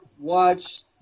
Watch